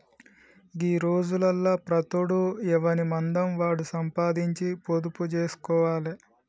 గీ రోజులల్ల ప్రతోడు ఎవనిమందం వాడు సంపాదించి పొదుపు జేస్కోవాలె